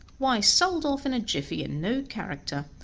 why, sold off in a jiffy, and no character,